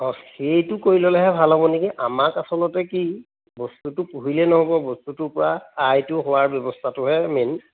অ' সেইটো কৰি ল'লেহে ভাল হ'ব নেকি আমাক আচলতে কি বস্তুটো পুহিলেই নহ'ব বস্তুটোৰ পৰা আইটো হোৱাৰ ব্যৱস্থাটোহে মেইন